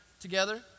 together